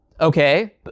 Okay